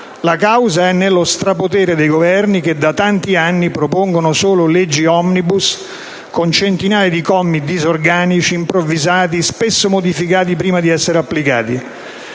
La causa è nello strapotere dei Governi che da tanti anni propongono solo leggi *omnibus*, con centinaia di commi disorganici, improvvisati, spesso modificati prima di essere applicati.